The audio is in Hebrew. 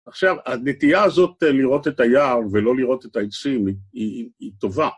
עכשיו, הנטייה הזאת לראות את היער ולא לראות את העצים היא טובה.